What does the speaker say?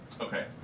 Okay